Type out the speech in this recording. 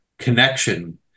connection